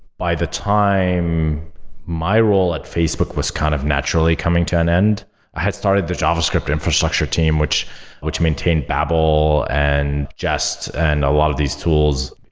by the time my role at facebook was kind of naturally coming to an end, i had started the javascript infrastructure team, which which maintained babel and jest and a lot of these tools.